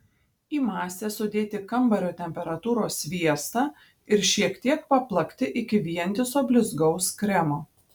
į masę sudėti kambario temperatūros sviestą ir šiek tiek paplakti iki vientiso blizgaus kremo